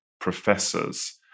professor's